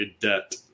debt